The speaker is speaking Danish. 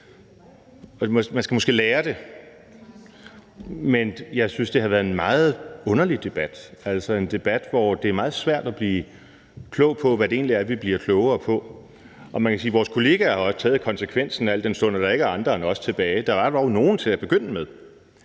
man skal måske lære det. Men jeg synes, det har været en meget underlig debat – en debat, hvor det er meget svært at blive klog på, hvad det egentlig er, vi bliver klogere på. Og man kan sige, at vores kollegaer har taget konsekvensen, al den stund at der ikke er andre end os tilbage; der var dog nogle til at begynde med.